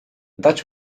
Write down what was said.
dać